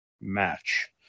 match